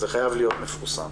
זה חייב להיות מפורסם.